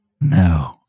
No